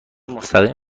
مستقیم